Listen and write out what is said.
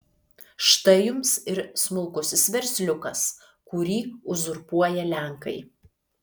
štai jums ir smulkusis versliukas kurį uzurpuoja lenkai